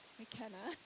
mckenna